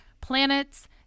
planets